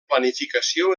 planificació